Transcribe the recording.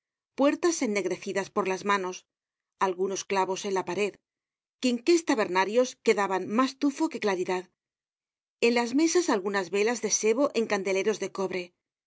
puertas ennegrecidas por las manos algunos clavos en la pared quinqués tabernarios que daban mas tufo que claridad en las mesas algunas velas de sebo en candeleros de obre